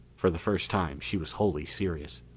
for the first time she was wholly serious.